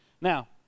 Now